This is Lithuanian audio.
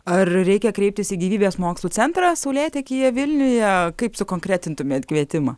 ar reikia kreiptis į gyvybės mokslų centrą saulėtekyje vilniuje kaip sukonkretintumėt kvietimą